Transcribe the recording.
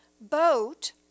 boat